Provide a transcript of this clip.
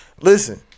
Listen